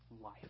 life